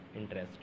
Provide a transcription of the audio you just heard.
interest